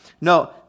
No